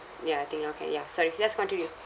ya I think okay ya sorry just continue